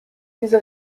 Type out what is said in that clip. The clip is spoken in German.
diese